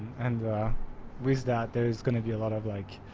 and with that there is going to be a lot of like,